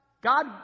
God